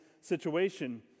situation